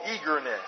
eagerness